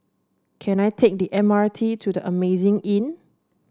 can I take the M R T to The Amazing Inn